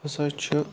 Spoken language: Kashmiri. ہسا چھُ